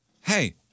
Hey